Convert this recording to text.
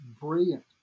brilliant